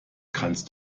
kannst